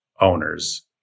owners